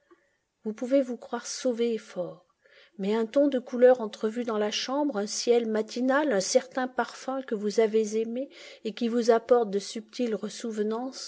vous pouvez vous croire sauvé et fort mais un ton de couleur entrevu dans la chambre un ciel matinal un certain parfum que vous avez aimé et qui vous apporte de subtiles